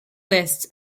lists